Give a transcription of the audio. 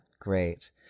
great